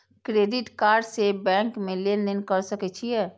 Credit card से bank में लेन देन कर सके छीये?